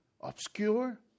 obscure